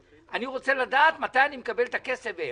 אני רוצה לדעת מתי אני מקבל את הכסף ואיך.